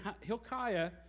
Hilkiah